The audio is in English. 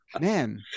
man